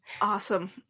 Awesome